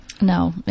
No